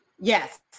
Yes